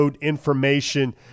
information